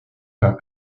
par